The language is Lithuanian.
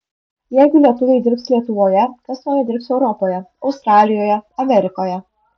jeigu lietuviai dirbs lietuvoje kas tuomet dirbs europoje australijoje amerikoje